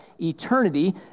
eternity